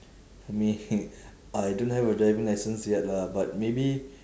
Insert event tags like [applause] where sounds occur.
for me [noise] I don't have a driving licence yet lah but maybe